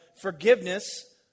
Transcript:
forgiveness